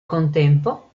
contempo